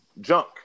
junk